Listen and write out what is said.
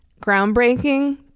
Groundbreaking